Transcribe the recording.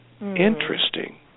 Interesting